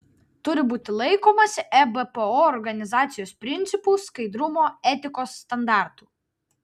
turi būti laikomasi ebpo organizacijos principų skaidrumo etikos standartų